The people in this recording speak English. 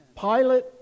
Pilate